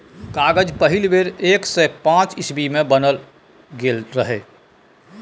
कागज पहिल बेर एक सय पांच इस्बी मे बनाएल गेल रहय